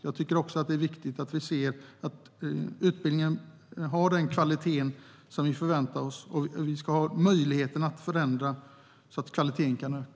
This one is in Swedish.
Jag tycker också att det är viktigt att utbildningen har den kvalitet som vi förväntar oss, och vi ska ha möjligheten att förändra så att kvaliteten kan öka.